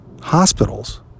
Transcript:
hospitals